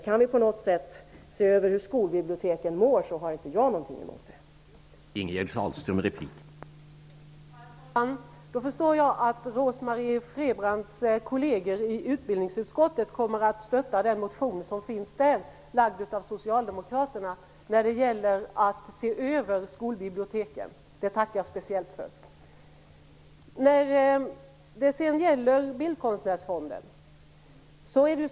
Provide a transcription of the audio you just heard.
Kan vi på något sätt se efter hur skolbiblioteken mår, har jag ingenting emot det.